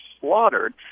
slaughtered